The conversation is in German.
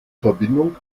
verbindung